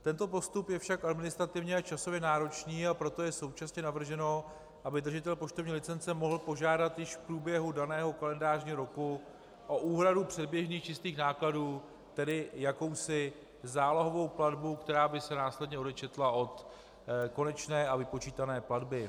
Tento postup je však administrativně a časově náročný, a proto je současně navrženo, aby držitel poštovní licence mohl požádat již v průběhu daného kalendářního roku o úhradu předběžných čistých nákladů, tedy jakousi zálohovou platbu, která by se následně odečetla od konečné a vypočítané platby.